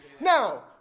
Now